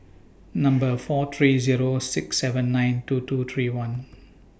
four three Zero six seven nine two two three one